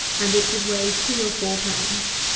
and it should weigh three or four pounds.